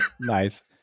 nice